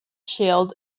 shield